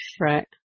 Right